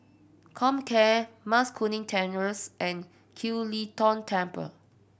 Comcare Mas Kuning Terrace and Kiew Lee Tong Temple